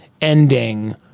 ending